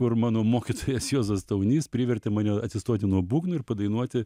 kur mano mokytojas juozas daunys privertė mane atsistoti nuo būgnų ir padainuoti